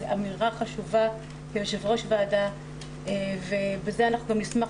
זו אמירה חשובה כיושב ראש ועדה ובזה אנחנו נשמח